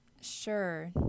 Sure